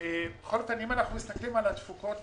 אם אנחנו מסתכלים על התפוקות,